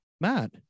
matt